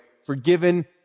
forgiven